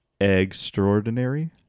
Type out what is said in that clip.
extraordinary